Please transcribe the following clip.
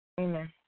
Amen